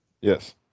Yes